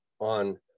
on